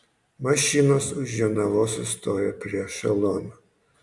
mašinos už jonavos sustojo prie ešelono